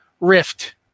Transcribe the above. Rift